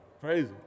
Crazy